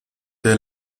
der